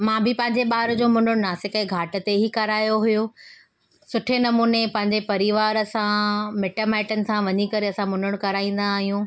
मां बि पंहिंजे ॿार जो मुंनणु नासिक जे घाट ते ई करायो हुयो सुठे नमूने पंहिंजे परिवार सां मिटु माइटनि सां वञी करे असां मुंनणु कराईंदा आहियूं